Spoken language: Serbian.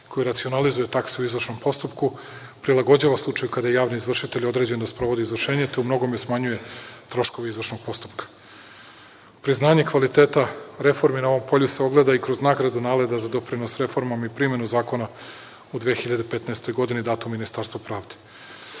koji racionalizuje taksu u izvršnom postupku, prilagođava slučaju kada javni izvršitelj sprovodi izvršenje. To u mnogome smanjuje troškove izvršnog postupka. Priznanje kvaliteta reformi na ovom polju se ogleda i kroz nagradu NALEDA za doprinos reformama i primenu zakona u 2015. godini datu Ministarstvu